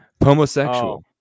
pomosexual